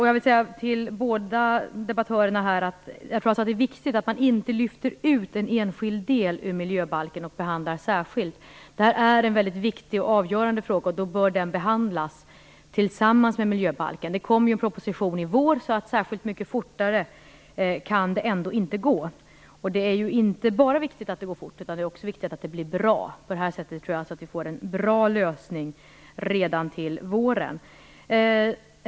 Jag vill säga till båda debattörerna att jag tror att det är viktigt att man inte lyfter ut en enskild del ur miljöbalken och behandlar den särskilt. Det här är en väldigt viktig och avgörande fråga, och då bör den behandlas tillsammans med miljöbalken. Det kommer ju en proposition i vår, så särskilt mycket fortare kan det ändå inte gå. Det är ju viktigt inte bara att det går fort, utan också att det blir bra. På det här sättet tror jag alltså att vi får en bra lösning redan till våren.